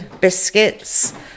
Biscuits